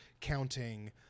counting